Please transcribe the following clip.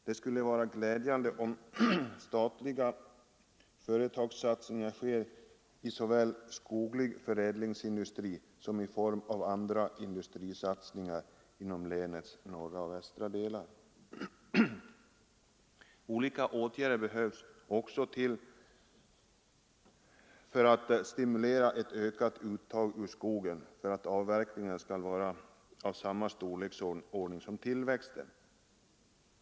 Det skulle vara glädjande om statliga företagssatsningar skedde i såväl skoglig förädlingsindustri som i form av andra industrisatsningar inom länets norra och västra delar. Olika åtgärder behövs också för att stimulera ett ökat uttag ur skogen så att avverkningarna kan bli av samma storleksordning som tillväxten.